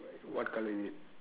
what colour is it